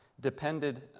depended